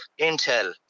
Intel